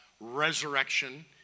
resurrection